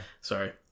sorry